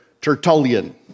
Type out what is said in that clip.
Tertullian